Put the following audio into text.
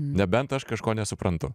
nebent aš kažko nesuprantu